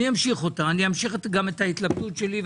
אמשיך גם את ההתלבטות שלי.